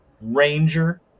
ranger